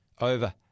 over